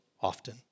often